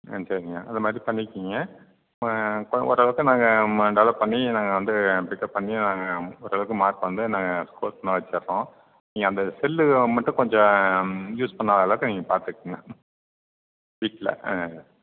ஆ சரிங்க அந்தமாதிரி பண்ணிக்கங்க ஓரளவுக்கு நாங்கள் டெவலப் பண்ணி நாங்கள் வந்து பிக்கப் பண்ணி நாங்கள் ஓரளவுக்கு மார்க் வந்து நாங்கள் ஸ்கோர் பண்ண வச்சிடுறோம் நீங்கள் அந்த செல்லு மட்டும் கொஞ்சம் யூஸ் பண்ணாத அளவுக்கு நீங்கள் பாத்துக்குங்க வீட்டில் ஆ